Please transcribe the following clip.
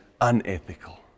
unethical